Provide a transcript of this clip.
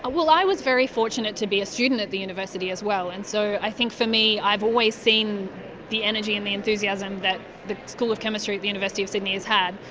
ah i was very fortunate to be a student at the university as well. and so i think for me i've always seen the energy and the enthusiasm that the school of chemistry at the university of sydney has had,